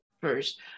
first